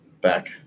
back